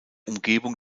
umgebung